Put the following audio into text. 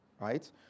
right